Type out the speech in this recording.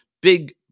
big